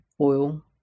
oil